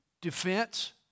Defense